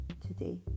today